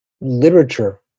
literature